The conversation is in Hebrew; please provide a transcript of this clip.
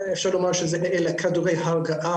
אפשר לומר שאלה כדורי הרגעה,